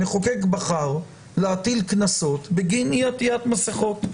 המחוקק בחר להטיל קנסות בגין עטיית מסכות.